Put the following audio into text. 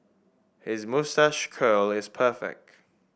his moustache curl is perfect